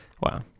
Wow